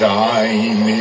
time